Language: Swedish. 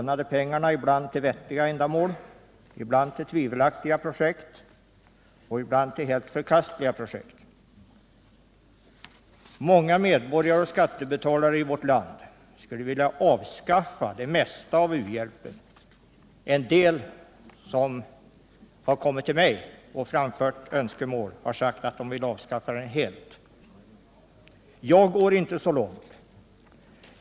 U-hjälpen har ibland gått till vettiga ändamål, ibland till tvivelaktiga projekt och ibland till helt förkastliga projekt. Många medborgare — skattebetalare — i vårt land skulle vilja avskaffa det mesta av u-hjälpen. En del människor har kommit till mig och framfört det önskemålet. Själv går jag inte så långt.